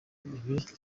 ibi